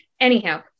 Anyhow